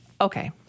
Okay